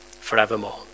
forevermore